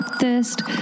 thirst